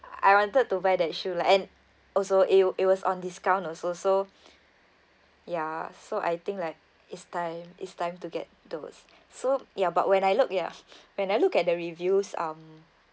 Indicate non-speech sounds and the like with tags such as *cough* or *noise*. I wanted to wear that shoe lah and also it it was on discount also so *breath* ya so I think like it's time it's time to get those so ya but when I look ya when I look at the reviews um